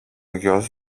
γιος